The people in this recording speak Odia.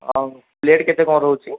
ହଉ ପ୍ଳେଟ୍ କେତେ କ'ଣ ରହୁଛି